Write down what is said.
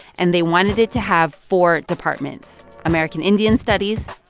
and they wanted it to have four departments american indian studies,